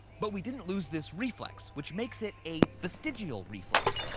but we didn't lose this reflex, which makes it a vestigial reflex,